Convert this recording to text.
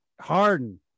Harden